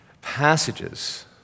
passages